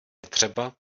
třeba